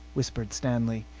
whispered stanley.